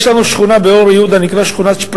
יש לנו באור-יהודה שכונה שנקראת שכונת-שפרינצק.